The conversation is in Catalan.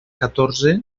catorze